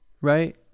right